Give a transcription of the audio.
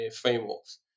frameworks